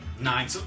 Nine